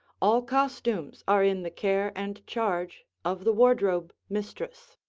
all costumes are in the care and charge of the wardrobe mistress.